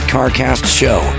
CarcastShow